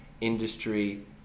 industry